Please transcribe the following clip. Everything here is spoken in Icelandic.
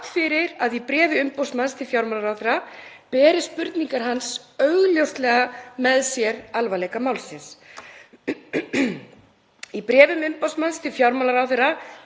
þrátt fyrir að í bréfi umboðsmanns til fjármálaráðherra beri spurningar hans augljóslega með sér alvarleika málsins. Í bréfum umboðsmanns til fjármálaráðherra